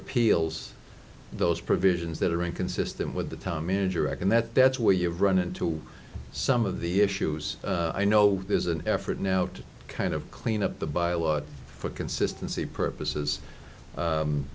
repeals those provisions that are inconsistent with the time manager reckon that that's where you've run into some of the issues i know there's an effort now to kind of clean up the by a lot for consistency purposes